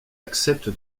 accepte